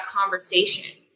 conversation